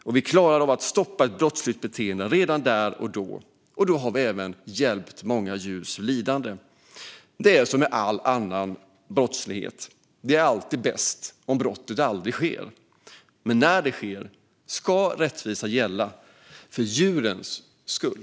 Om vi klarar att stoppa ett brottsligt beteende har vi även sparat många djurs lidande. Det är som med all annan brottslighet: Det är alltid bäst om brottet aldrig sker, men när det sker ska rättvisa gälla, för djurens skull.